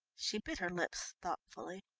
she bit her lips thoughtfully.